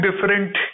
different